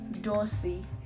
Dorsey